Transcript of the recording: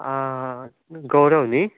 गौरव न्हय